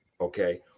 okay